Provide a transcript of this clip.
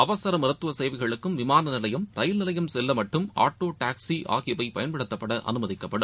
அவசர மருத்துவ சேவைகளுக்கும் விமான நிலையம் ரயில் நிலையம் செல்ல மட்டும் ஆட்டோ டாக்சி ஆகியவை பயன்படுத்தப்பட அமைதிக்கப்படும்